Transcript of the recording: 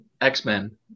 X-Men